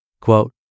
Quote